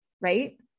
right